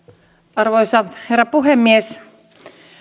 arvoisa herra puhemies